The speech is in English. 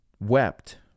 wept